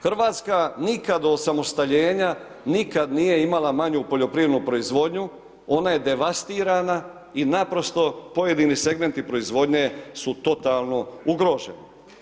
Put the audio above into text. Hrvatska nikad od osamostaljenja nikad nije imala manju poljoprivrednu proizvodnju, ona je devastirana i naprosto pojedini segmenti proizvodnje su totalno ugroženi.